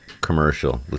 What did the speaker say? commercial